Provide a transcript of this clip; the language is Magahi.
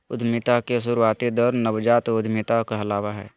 उद्यमिता के शुरुआती दौर नवजात उधमिता कहलावय हय